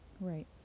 Right